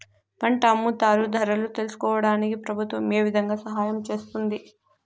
పంట అమ్ముతారు ధరలు తెలుసుకోవడానికి ప్రభుత్వం ఏ విధంగా సహాయం చేస్తుంది?